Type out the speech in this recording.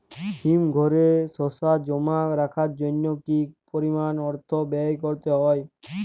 হিমঘরে শসা জমা রাখার জন্য কি পরিমাণ অর্থ ব্যয় করতে হয়?